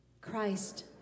Christ